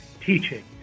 teaching